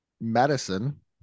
medicine